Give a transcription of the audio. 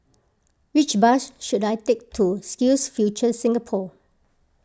which bus should I take to SkillsFuture Singapore